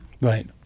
right